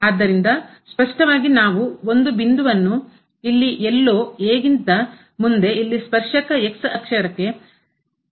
ಆದ್ದರಿಂದ ಸ್ಪಷ್ಟವಾಗಿ ನಾವು ಒಂದು ಬಿಂದುವನ್ನು ಇಲ್ಲಿ ಎಲ್ಲೋ a ಗಿಂತ ಮುಂದೆ ಇಲ್ಲಿ ಸ್ಪರ್ಶಕ ಅಕ್ಷಕ್ಕೆ ಸಮಾನಾಂತರವಾಗಿರುವಲ್ಲಿ ಗಮನಿಸಬಹುದು